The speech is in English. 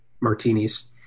martinis